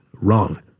wrong